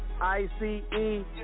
I-C-E